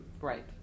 Right